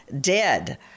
dead